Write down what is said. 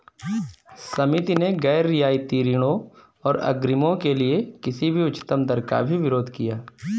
समिति ने गैर रियायती ऋणों और अग्रिमों के लिए किसी भी उच्चतम दर का भी विरोध किया